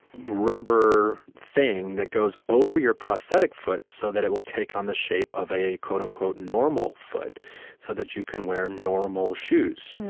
rubber thing that goes over your prosthetic foot so that it will take on the shape of a, quote-unquote, normal foot so that you can wear normal shoes.